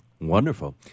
Wonderful